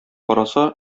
караса